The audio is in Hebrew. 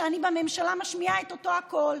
אני בממשלה משמיעה את אותו הקול.